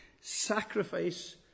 Sacrifice